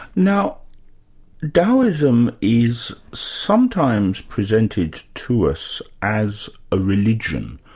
now daoism is sometimes presented to us as a religion.